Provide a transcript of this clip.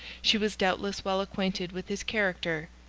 she was doubtless well acquainted with his character.